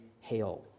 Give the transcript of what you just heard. hail